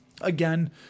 again